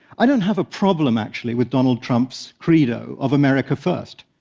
i don't have a problem, actually, with donald trump's credo of america first.